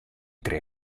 tre